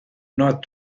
not